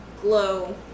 glow